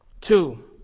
Two